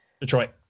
detroit